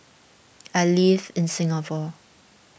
I live in Singapore